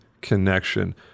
connection